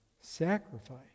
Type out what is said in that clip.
sacrifice